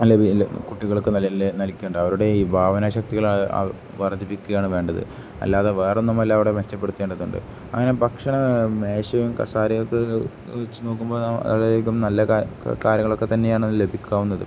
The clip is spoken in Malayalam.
കുട്ടികൾക്ക് നല്കേണ്ടത് അവരുടെ ഈ ഭാവനാശക്തികൾ വർദ്ധിപ്പിക്കുകയാണ് വേണ്ടത് അല്ലാതെ വേറൊന്നും അല്ല അവിടെ മെച്ചപ്പെടുത്തേണ്ടതുണ്ട് അങ്ങനെ ഭക്ഷണ മേശയും കസാരയൊക്കെ വെച്ച് നോക്കുമ്പോൾ അധികം നല്ല കാര്യങ്ങളൊക്കെ തന്നെയാണ് ലഭിക്കാവുന്നത്